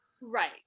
Right